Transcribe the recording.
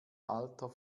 alter